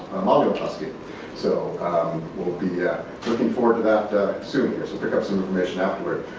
kosky? so we'll be yeah looking forward to that soon here. so pick up some information afterward.